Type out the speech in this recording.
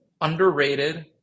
underrated